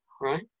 right